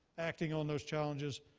acting on those challenges,